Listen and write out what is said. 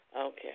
Okay